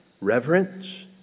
reverence